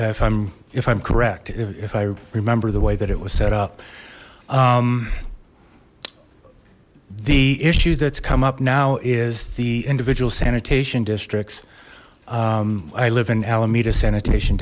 if i'm if i'm correct if i remember the way that it was set up the issue that's come up now is the individual sanitation districts i live in alameda sanitation